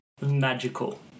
Magical